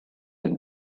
end